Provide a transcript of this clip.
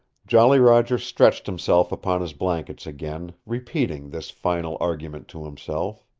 jolly roger stretched himself upon his blankets again, repeating this final argument to himself.